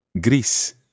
Gris